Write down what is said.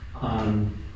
on